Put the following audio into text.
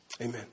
amen